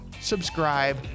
Subscribe